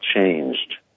changed